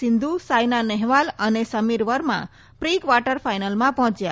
સિંધુ સાયના નહેવાલ અને Sameer Verma pre quarter ફાઈનલમાં પહોંચ્યા